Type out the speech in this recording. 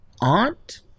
aunt